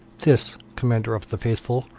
this, commander of the faithful,